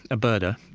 a birder.